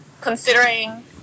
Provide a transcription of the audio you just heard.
considering